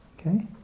Okay